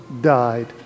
died